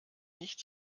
nicht